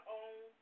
own